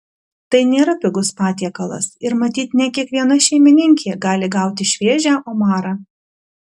tai nėra pigus patiekalas ir matyt ne kiekviena šeimininkė gali gauti šviežią omarą